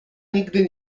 nigdy